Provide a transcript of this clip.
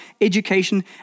education